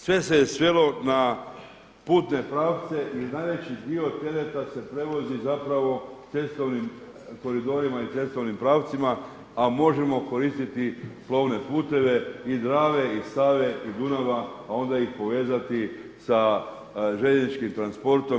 Sve se je svelo na putne pravce i najveći dio tereta se prevozi zapravo cestovnim koridorima i cestovnim pravcima, a možemo koristiti plovne puteve i Drave i Save i Dunava, a onda ih povezati sa željezničkim transportom.